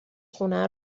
خونه